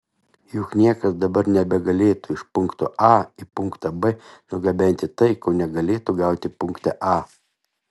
juk niekas dabar nebegalėtų iš punkto a į punktą b nugabenti tai ko negalėtų gauti punkte a